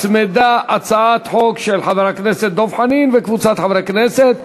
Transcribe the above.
הוצמדה הצעת חוק של חבר הכנסת דב חנין וקבוצת חברי הכנסת,